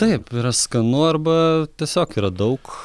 taip yra skanu arba tiesiog yra daug